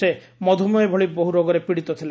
ସେ ମଧୁମେହ ଭଳି ବହୁ ରୋଗରେ ପୀଡିତ ଥିଲେ